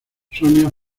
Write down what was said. sonia